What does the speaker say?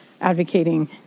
advocating